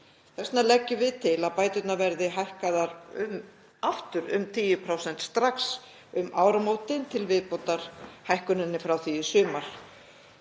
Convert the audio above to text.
Við leggjum því til að bæturnar verði hækkaðar aftur um 10% strax um áramótin til viðbótar hækkuninni frá því í sumar.